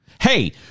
Hey